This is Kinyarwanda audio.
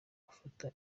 gufata